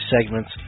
segments